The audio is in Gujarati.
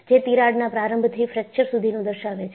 જે તિરાડના પ્રારંભ થી ફ્રેક્ચર સુધીનું દર્શાવે છે